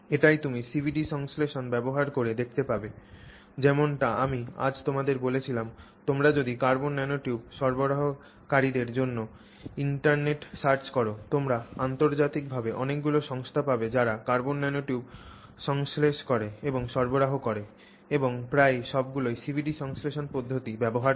এটিই তুমি CVD সংশ্লেষণ ব্যবহার করে দেখতে পাবে যেমনটি আমি আজ তোমাদের বলেছিলাম তোমরা যদি কার্বন ন্যানোটিউব সরবরাহকারীদের জন্য ইন্টারনেটে সার্চ কর তোমরা আন্তর্জাতিকভাবে অনেকগুলি সংস্থা পাবে যারা কার্বন ন্যানোমেটেরিয়াল সংশ্লেষ করে এবং সরবরাহ করে এবং প্রায় সবগুলিই CVD সংশ্লেষণ পদ্ধতি ব্যবহার করে